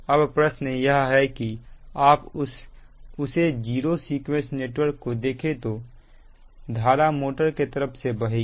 अब प्रश्न यह है कि आप उस जीरो सीक्रेट नेटवर्क को देखें तो धारा मोटर के तरफ से बहेगी